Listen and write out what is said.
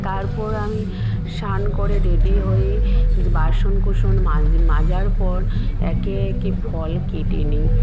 তারপর আমি স্নান করে রেডি হয়ে বাসন কোসন মাজার পর একে একে ফল কেটে নিই